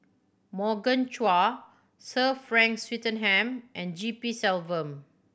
Morgan Chua Sir Frank Swettenham and G P Selvam